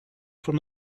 from